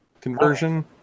conversion